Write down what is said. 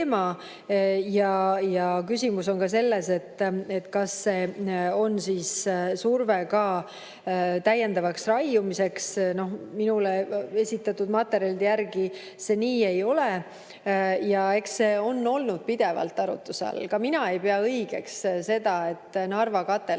ja küsimus on ka selles, kas on survet täiendavaks raiumiseks. Minule esitatud materjalide järgi see nii ei ole. Eks see on olnud pidevalt arutuse all. Ka mina ei pea õigeks seda, et Narva kateldes